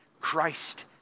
Christ